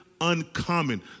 uncommon